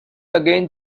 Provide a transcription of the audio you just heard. again